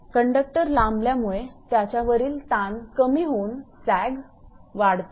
conductor लांबल्यामुळे त्याच्यावरील ताण कमी होऊन सॅग वाढतो